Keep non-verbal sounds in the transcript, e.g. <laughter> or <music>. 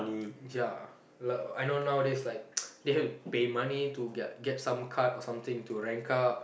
ya like I know nowadays like <noise> they have to pay money to get get some card or something to rank up